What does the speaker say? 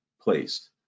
placed